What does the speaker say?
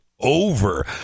Over